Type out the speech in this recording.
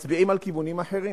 מצביעים על כיוונים אחרים.